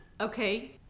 okay